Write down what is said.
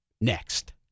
Next